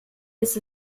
ist